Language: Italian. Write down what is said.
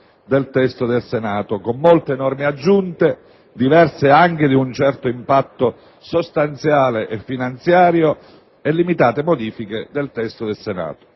del testo del Senato, con molte norme aggiunte, diverse anche di un certo impatto sostanziale e finanziario, e limitate modificazioni del testo Senato.